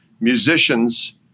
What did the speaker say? musicians